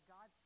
God